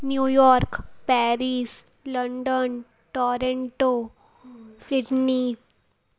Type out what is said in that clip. New York Paris London Toronto Sydney